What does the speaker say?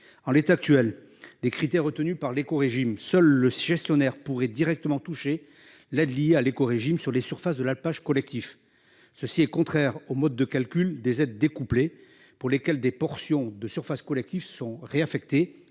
en l'état actuel des critères retenus par l'éco-régime, seul le gestionnaire pourrait directement touchés l'liée à l'éco-régime sur les surfaces de la page collectif. Ceci est contraire au mode de calcul des aides découplées pour lesquels des portions de surface collectifs sont réaffectés